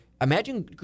imagine